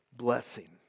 blessing